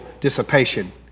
dissipation